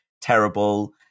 terrible